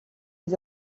les